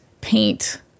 paint